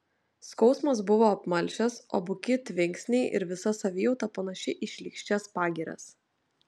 skausmas buvo apmalšęs o buki tvinksniai ir visa savijauta panaši į šlykščias pagirias